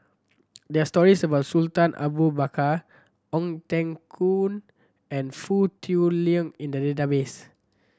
there are stories about Sultan Abu Bakar Ong Teng Koon and Foo Tui Liew in the database